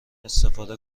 استفاده